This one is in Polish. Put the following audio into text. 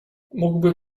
mógłby